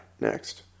next